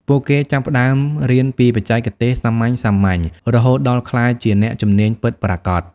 ពួកគេចាប់ផ្តើមរៀនពីបច្ចេកទេសសាមញ្ញៗ រហូតដល់ក្លាយជាអ្នកជំនាញពិតប្រាកដ។